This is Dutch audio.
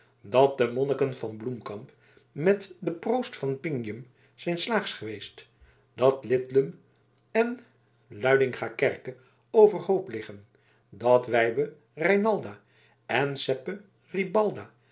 dat de monniken van bloemkamp met den proost van pingjum zijn slaags geweest dat lidlum en luidingakerke overhoop liggen dat wybe reynalda en